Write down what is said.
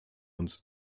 und